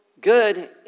good